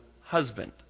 husband